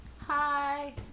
hi